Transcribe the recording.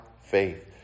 faith